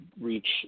reach